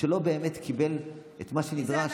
שלא באמת קיבל את מה שנדרש.